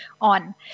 on